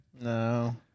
No